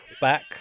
back